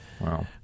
Wow